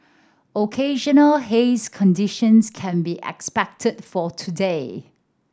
occasional hazy conditions can be expected for today